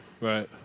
Right